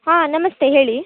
ಹಾಂ ನಮಸ್ತೆ ಹೇಳಿ